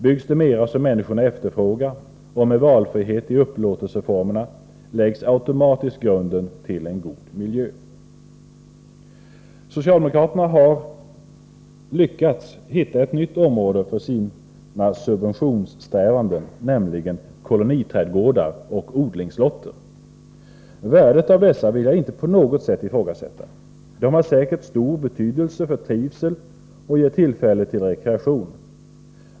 Byggs det mera som människorna efterfrågar och med valfrihet i upplåtelseformerna läggs automatiskt grunden till en god miljö. Socialdemokraterna har lyckats hitta ett nytt område för sina subventionssträvanden, nämligen koloniträdgårdar och odlingslotter. Värdet av sådana vill jag inte på något sätt ifrågasätta; de har säkert stor betydelse för trivseln och ger tillfälle till rekreation.